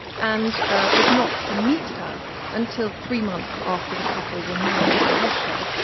and was not to meet her until three months after the couple were married in russia.